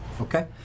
Okay